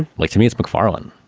like, to me, it's mcfarlane.